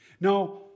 Now